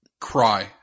cry